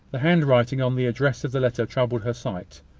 the handwriting on the address of the letter troubled her sight.